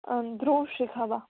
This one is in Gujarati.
ધ્રુવ શીખાવા